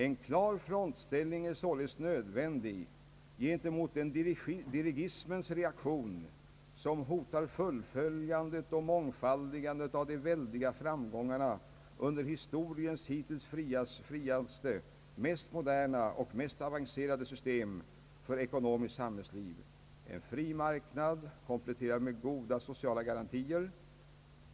En klar frontställning är således nödvändig gentemot den dirigismens reaktion, som hotar fullföljandet och mångfaldigandet av de väldiga framgångarna under historiens hittills friaste, mest moderna och mest avancerade system för ekonomiskt samhällsliv: en fri marknad, kompletterad med goda sociala garantier.